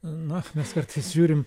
na mes kartais žiūrim